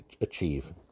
achieve